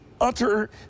utter